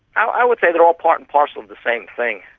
i would say they are all part and parcel of the same thing.